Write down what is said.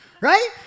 right